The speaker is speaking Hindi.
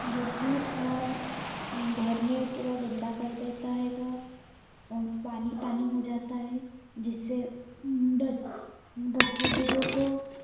जो कि नाम घर मे पूरा गंदा कर देता है वह और पानी पानी हो जाता है जिससे बच्चों बूढ़ों को